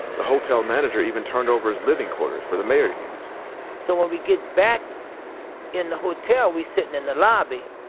the hotel manager even turned over his living quarters for the mayor to use so when we get back in the hotel, we sitting in the lobby,